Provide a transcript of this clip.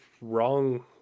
wrong